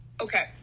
Okay